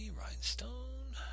rhinestone